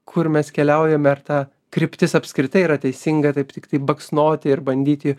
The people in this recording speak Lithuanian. kur mes keliaujame ar ta kryptis apskritai yra teisinga taip tiktai baksnoti ir bandyti